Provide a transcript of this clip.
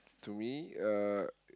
to me uh